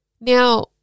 Now